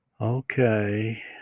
Okay